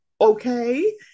okay